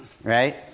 right